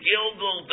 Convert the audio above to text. Gilgal